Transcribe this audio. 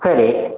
சரி